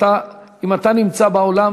אם אתה נמצא באולם,